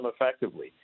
effectively